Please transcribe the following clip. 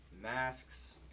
masks